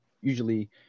Usually